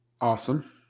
Awesome